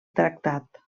tractat